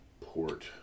port